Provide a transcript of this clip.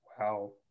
wow